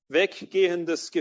weggehendes